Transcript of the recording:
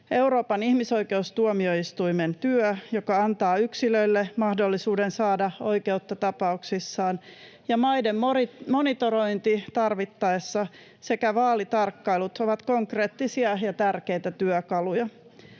Euroopan ihmisoikeustuomioistuimen työ, joka antaa yksilöille mahdollisuuden saada oikeutta tapauksissaan, ja maiden monitorointi tarvittaessa sekä vaalitarkkailut ovat konkreettisia ja tärkeitä työkaluja.